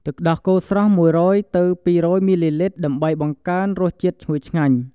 ទឹកដោះគោស្រស់ ១០០-២០០ មីលីលីត្រ ដើម្បីបង្កើនរសជាតិឈ្ងុយឆ្ងាញ់។